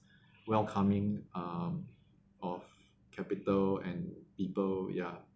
welcoming um of capital and people ya